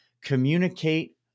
communicate